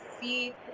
see